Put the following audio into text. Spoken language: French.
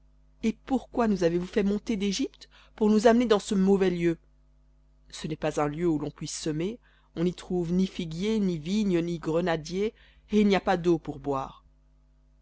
et pourquoi nous avez-vous fait monter d'égypte pour nous amener dans ce mauvais lieu ce n'est pas un lieu où l'on puisse semer ni figuiers ni vignes ni grenadiers et il n'y a pas d'eau pour boire